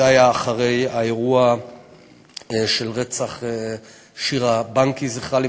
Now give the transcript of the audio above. זה היה אחרי האירוע של רצח שירה בנקי ז"ל.